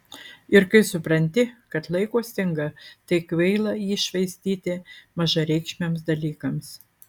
ir kai supranti kad laiko stinga tai kvaila jį švaistyti mažareikšmiams dalykams